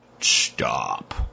stop